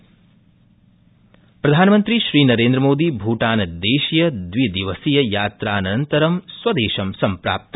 प्रधानमंत्री प्रधानमंत्री श्रीनरेन्द्रमोदी भूटानदेशीय द्विदिवसीय यात्रानन्तरमद्य स्वदेश सम्प्राप्त